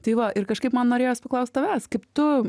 tai va ir kažkaip man norėjos paklaust tavęs kaip tu